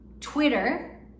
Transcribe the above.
Twitter